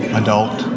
adult